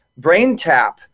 Braintap